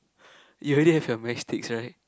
you already have your matchsticks right